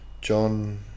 John